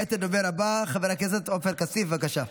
כעת הדובר הבא, חבר הכנסת עופר כסיף, בבקשה.